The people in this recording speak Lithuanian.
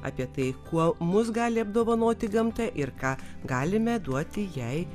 apie tai kuo mus gali apdovanoti gamta ir ką galime duoti jai